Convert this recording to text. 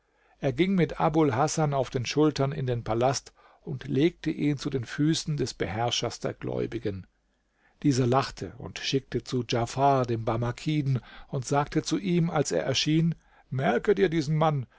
er ging mit abul hasan auf den schultern in den palast und legte ihn zu den füßen des beherrschers der gläubigen dieser lachte und schickte zu djafar dem barmakiden und sagte zu ihm als er erschien merke dir diesen mann